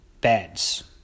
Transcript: beds